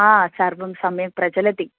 हा सर्वं सम्यक् प्रचलति